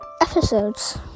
episodes